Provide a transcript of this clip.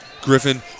Griffin